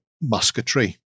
musketry